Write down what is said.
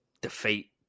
defeat